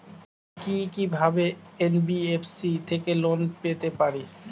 আমি কি কিভাবে এন.বি.এফ.সি থেকে লোন পেতে পারি?